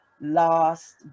last